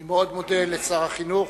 אני מודה מאוד לשר החינוך.